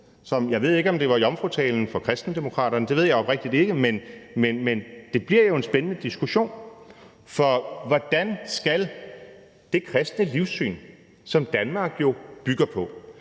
Jeg ved ikke, om det var jomfrutalen for Kristendemokraterne, det ved jeg oprigtigt ikke, men det bliver jo en spændende diskussion om det kristne livssyn, som Danmark jo bygger på,